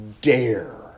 dare